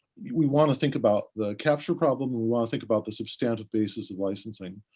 we want to think about the capture problem, we want to think about the substantive basis of licensing.